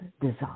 design